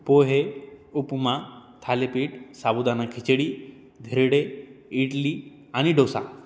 पोहे उपमा थालिपीठ साबुदाणा खिचडी धिरडे इडली आणि डोसा